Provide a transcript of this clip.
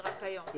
זה רק היום.